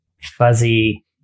fuzzy